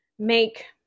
make